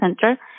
center